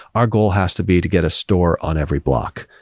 our goal has to be to get a store on every block.